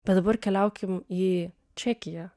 bet dabar keliaukim į čekiją